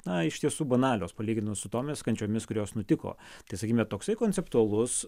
na iš tiesų banalios palyginus su tomis kančiomis kurios nutiko tai sakykime toksai konceptualus